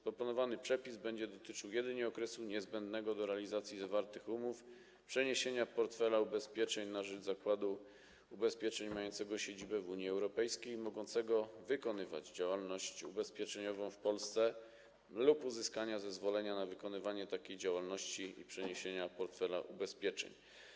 Proponowany przepis będzie dotyczył jedynie okresu niezbędnego do realizacji zawartych umów, przeniesienia portfela ubezpieczeń na rzecz zakładu ubezpieczeń mającego siedzibę w Unii Europejskiej i mogącego wykonywać działalność ubezpieczeniową w Polsce lub uzyskania zezwolenia na wykonywanie takiej działalności przeniesienia portfela ubezpieczeń.